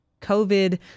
COVID